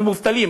אנחנו מובטלים.